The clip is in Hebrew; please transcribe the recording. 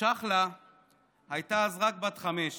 צ'חלה הייתה אז רק בת חמש.